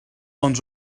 ond